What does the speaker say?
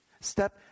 Step